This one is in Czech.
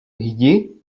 jdi